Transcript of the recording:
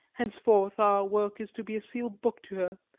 henceforth our work is to be a sealed book to her,